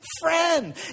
friend